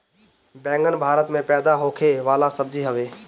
बैगन भारत में पैदा होखे वाला सब्जी हवे